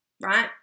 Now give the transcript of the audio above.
Right